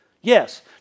Yes